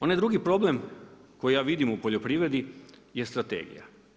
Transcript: Onaj drugi problem koji ja vidim u poljoprivredi je strategija.